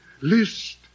list